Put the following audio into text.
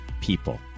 people